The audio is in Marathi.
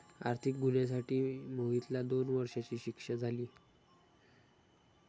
आर्थिक गुन्ह्यासाठी मोहितला दोन वर्षांची शिक्षा झाली